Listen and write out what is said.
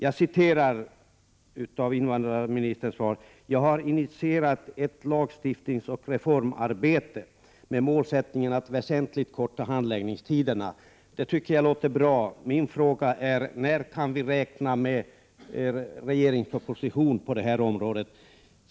Invandrarministern sade i sitt svar att han initierat ett lagstiftningsoch reformarbete med målsättningen att väsentligt korta handläggningstiderna. Det tycker jag låter bra. Min fråga är: När kan vi räkna med regeringens proposition på det här området?